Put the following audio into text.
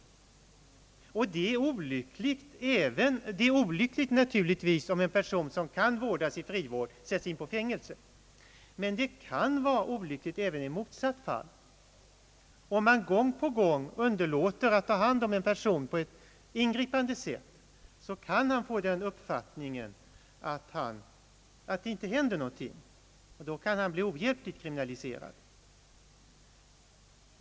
Det är givetvis olyckligt om en person som kan vårdas i frivård sätts in i fängelse, men det kan vara olyckligt även i det motsatta fallet. Om man gång på gång underlåter att ta hand om en person på ett ingripande sätt, kan han få den uppfattningen att det inte händer någonting. Då kan han bli ohjälpligt kriminaliserad.